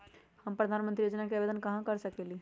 हम प्रधानमंत्री योजना के आवेदन कहा से कर सकेली?